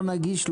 לא נגיש,